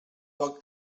poc